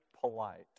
polite